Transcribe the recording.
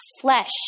flesh